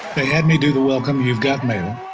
they had me do the welcome, you've got mail.